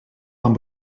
van